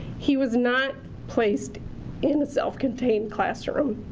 he was not placed in a self-contained classroom.